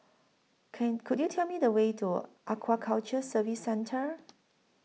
Can Could YOU Tell Me The Way to Aquaculture Services Centre